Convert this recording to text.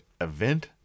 event